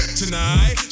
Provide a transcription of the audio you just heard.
tonight